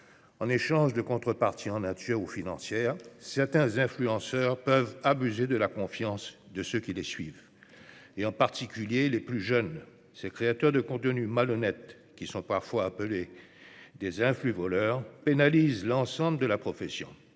en échange de contreparties en nature ou financières, peuvent abuser de la confiance de ceux qui les suivent, en particulier les plus jeunes. Ces créateurs de contenus malhonnêtes, qui sont parfois appelés « influ-voleurs », pénalisent l'ensemble de la profession.